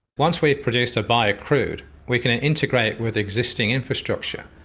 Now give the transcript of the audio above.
once we've produced a bio-crude we can integrate with existing infrastructure.